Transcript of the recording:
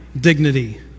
dignity